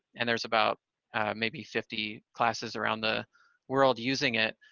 and there's about maybe fifty classes around the world using it,